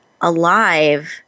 alive